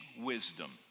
wisdom